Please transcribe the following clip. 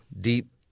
deep